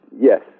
yes